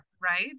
right